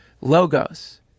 logos